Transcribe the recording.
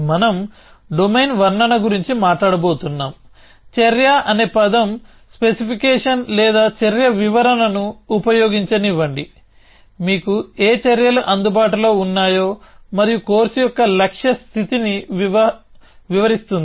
మనం డొమైన్ వర్ణన గురించి మాట్లాడబోతున్నాము చర్య అనే పదం స్పెసిఫికేషన్ లేదా చర్య వివరణను ఉపయోగించనివ్వండి మీకు ఏ చర్యలు అందుబాటులో ఉన్నాయో మరియు కోర్సు యొక్క లక్ష్య స్థితిని వివరిస్తుంది